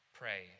pray